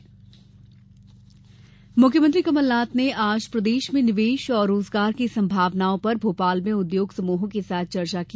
CM उद्योग चर्चा मुख्यमंत्री कमलनाथ ने आज प्रदेश में निवेश और रोजगार की संभावनाओं पर भोपाल में उद्योग समूहों के साथ चर्चा की